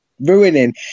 ruining